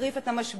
תחריף את המשבר,